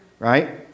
right